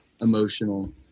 emotional